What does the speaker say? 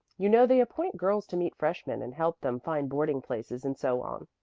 you know they appoint girls to meet freshmen and help them find boarding-places and so on.